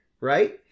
Right